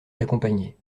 l’accompagnait